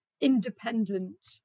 independent